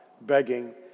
begging